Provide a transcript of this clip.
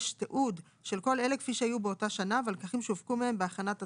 תיעוד של כל אלה כפי שהיו באותה שנה והלקחים שהופקו מהם בהכנת התכנית: